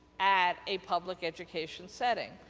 at a public education setting.